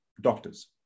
doctors